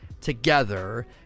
together